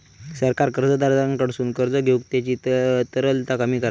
सरकार कर्जदाराकडसून कर्ज घेऊन त्यांची तरलता कमी करता